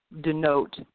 denote